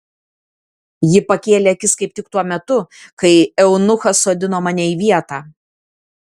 ji pakėlė akis kaip tik tuo metu kai eunuchas sodino mane į vietą